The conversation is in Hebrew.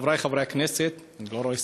חברי חברי הכנסת, אני לא רואה שרים,